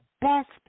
best